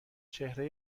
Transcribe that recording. چهره